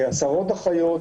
עשרות אחיות,